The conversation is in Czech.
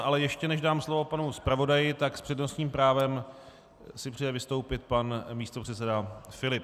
Ale ještě než dám slovo panu zpravodaji, tak s přednostním právem si přeje vystoupit pan místopředseda Filip.